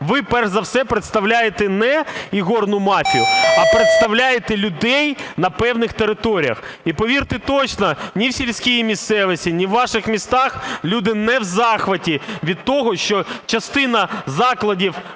Ви перш за все представляєте не ігорну мафію, а представляєте людей на певних територіях. І, повірте, точно ні в сільській місцевості, ні у ваших містах люди не в захваті від того, що частина закладів